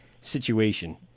situation